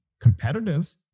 competitive